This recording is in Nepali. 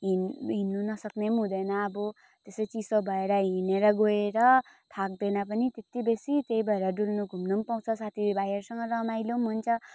हिन् हिँड्नु नसक्ने पनि हुँदैन अब त्यसै चिसो भएर हिँडेर गएर थाक्दैन पनि त्यति बेसी त्यही भएर डुल्नु घुम्नु पनि पाउँछ साथीभाइहरूसँग रमाइलो नि हुन्छ